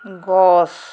গছ